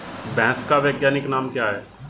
भैंस का वैज्ञानिक नाम क्या है?